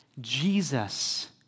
Jesus